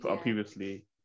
previously